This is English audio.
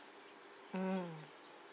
mm